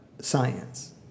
science